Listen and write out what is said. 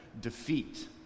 defeat